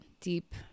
deep